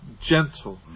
gentle